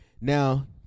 Now